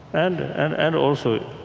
and and and also,